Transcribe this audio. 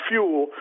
Fuel